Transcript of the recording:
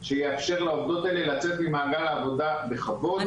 שיאפשר לצאת ממעגל העבודה בכבוד.